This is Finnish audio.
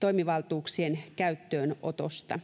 toimivaltuuksien käyttöönotosta